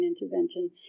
intervention